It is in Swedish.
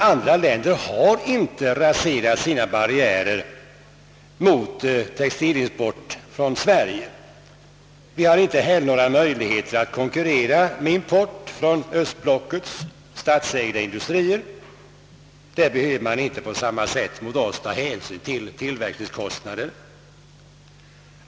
Andra länder har inte raserat sina barriärer mot textilimport från Sverige. Vi har inte heller några möjligheter att konkurrera med import från östblockets statsägda industrier. Där behöver man inte på samma sätt som hos oss ta hänsyn till tillverkningskostnader.